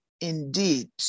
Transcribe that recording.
indeed